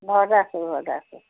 ঘৰতে আছোঁ ঘৰতে আছোঁ